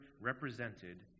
represented